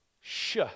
Shh